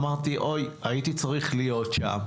אמרתי: הייתי צריך להיות שם.